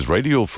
Radio